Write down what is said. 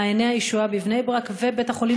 מעייני-הישועה בבני-ברק ובית-החולים